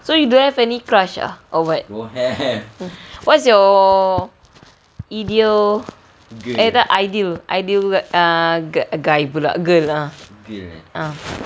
so you don't have any crush ah or what's your ideal ideal ideal guy pula girl